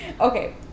Okay